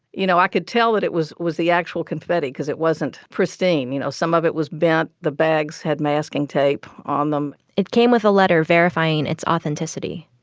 you know, i could tell that it was was the actual confetti because it wasn't pristine. you know, some of it was bent. the bags had masking tape on them. it came with a letter verifying its authenticity.